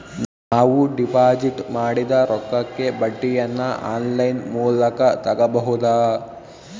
ನಾವು ಡಿಪಾಜಿಟ್ ಮಾಡಿದ ರೊಕ್ಕಕ್ಕೆ ಬಡ್ಡಿಯನ್ನ ಆನ್ ಲೈನ್ ಮೂಲಕ ತಗಬಹುದಾ?